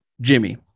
Jimmy